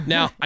Now